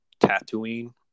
Tatooine